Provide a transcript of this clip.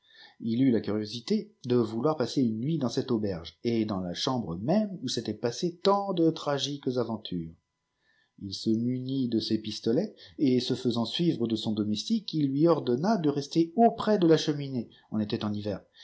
u eut la curiosité de vouloir passer une nuit dans cette auberge et dans la chambre même où s'étaient passées tant de tragiques aventures il se munit de ses pistolets et se faisant suivre de son doniestique il lui ordonna de rester auprès de la cheminée on était dans l'hiver